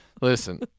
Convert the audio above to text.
Listen